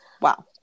Wow